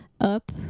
up